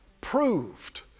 Proved